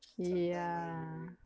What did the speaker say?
ye~ yeah